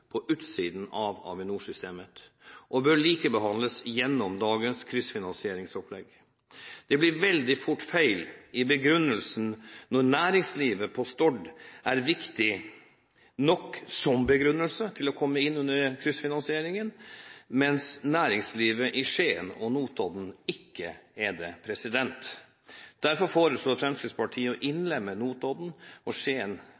på utsiden av Avinor-systemet og bør likebehandles gjennom dagens kryssfinansieringsopplegg. Det blir veldig fort feil når næringslivet på Stord er viktig nok som begrunnelse for å komme inn under kryssfinansieringen, mens næringslivet i Skien og Notodden ikke er det. Derfor foreslår Fremskrittspartiet i innstillingen om NTP å innlemme Notodden og